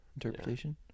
interpretation